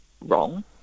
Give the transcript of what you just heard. wrong